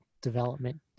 development